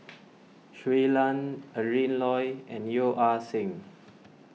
Shui Lan Adrin Loi and Yeo Ah Seng